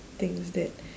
things that